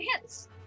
hits